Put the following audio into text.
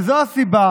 וזו הסיבה